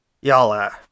y'all